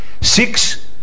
Six